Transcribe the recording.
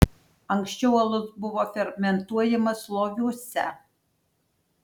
anksčiau alus buvo fermentuojamas loviuose